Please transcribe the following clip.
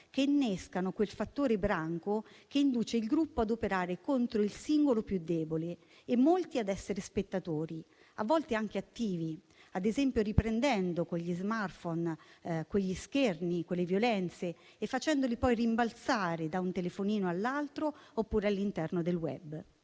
che innescano quel fattore branco che induce il gruppo ad operare contro il singolo più debole e molti ad essere spettatori, a volte anche attivi, ad esempio riprendendo con gli *smartphone* quelle violenze e facendole poi rimbalzare da un telefonino all'altro, oppure sul *web*.